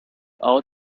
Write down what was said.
out